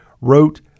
wrote